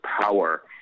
power